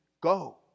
go